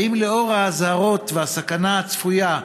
לאור האזהרות והסכנה הצפויה,